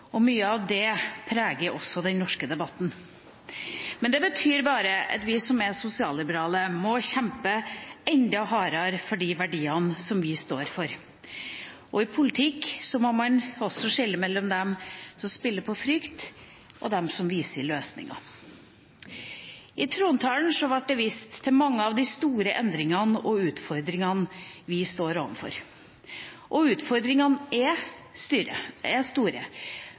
er mye redsel for endring, og mye av det preger også den norske debatten. Men det betyr bare at vi som er sosialliberale, må kjempe enda hardere for de verdiene vi står for. I politikk må man også skille mellom dem som spiller på frykt, og dem som har løsninger. I trontalen ble det vist til mange av de store endringene og utfordringene vi står overfor. Utfordringene er store,